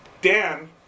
Dan